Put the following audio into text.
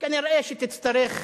כנראה תצטרך,